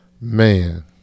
man